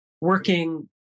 working